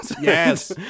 Yes